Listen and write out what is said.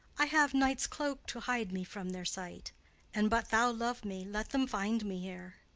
i have night's cloak to hide me from their sight and but thou love me, let them find me here.